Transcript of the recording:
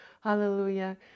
Hallelujah